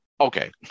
okay